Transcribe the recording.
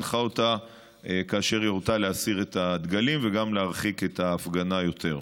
שהנחה אותה כאשר היא הורתה להסיר את הדגלים וגם להרחיק את ההפגנה יותר.